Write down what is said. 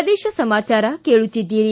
ಪ್ರದೇಶ ಸಮಾಚಾರ ಕೇಳುತ್ತಿದ್ದಿರಿ